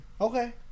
Okay